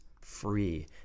free